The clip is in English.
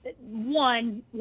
one